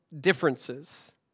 differences